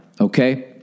okay